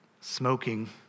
smoking